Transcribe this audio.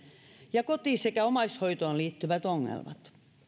ja koti sekä omaishoitoon liittyvät ongelmat